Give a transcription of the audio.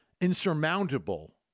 insurmountable